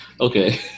Okay